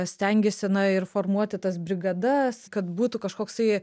stengiasi na ir formuoti tas brigadas kad būtų kažkoksai